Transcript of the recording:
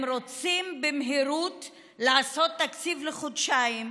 הם רוצים במהירות לעשות תקציב לחודשיים,